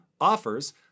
offers